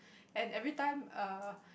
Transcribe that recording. and every time err